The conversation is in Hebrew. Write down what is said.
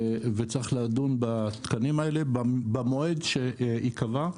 וצריך לדון בתקנים האלה במועד שייקבע.